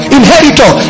inheritor